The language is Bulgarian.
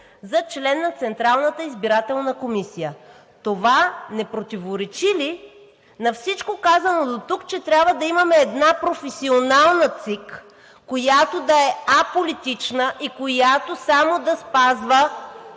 за член на Централната избирателна комисия. Това не противоречи ли на всичко казано дотук, че трябва да имаме една професионална ЦИК, която да е аполитична и която само да спазва